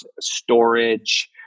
storage